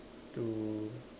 to